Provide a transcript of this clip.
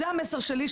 זה המסר שלי.